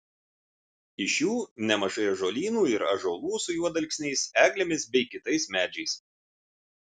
iš jų nemažai ąžuolynų ir ąžuolų su juodalksniais eglėmis bei kitais medžiais